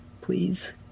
please